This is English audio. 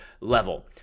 level